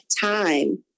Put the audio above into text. time